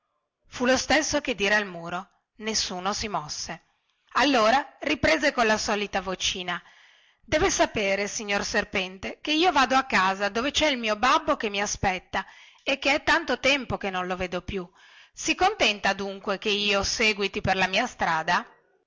fu lo stesso che dire al muro nessuno si mosse allora riprese colla solita vocina deve sapere signor serpente che io vado a casa dove cè il mio babbo che mi aspetta e che è tanto tempo che non lo vedo più si contenta dunque che io seguiti per la mia strada